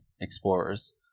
explorers